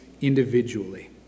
individually